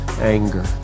anger